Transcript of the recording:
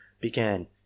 began